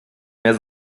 mehr